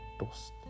dust